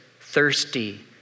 thirsty